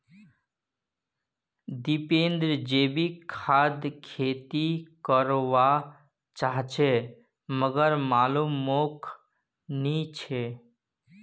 दीपेंद्र जैविक खाद खेती कर वा चहाचे मगर मालूम मोक नी छे